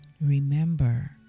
remember